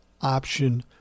option